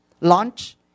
Launch